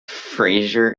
fraser